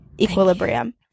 equilibrium